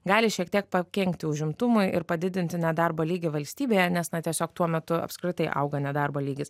gali šiek tiek pakenkti užimtumui ir padidinti nedarbo lygį valstybėje nes na tiesiog tuo metu apskritai auga nedarbo lygis